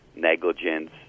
negligence